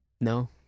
No